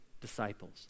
disciples